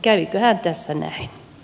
käyköhän tässä näin